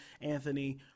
Anthony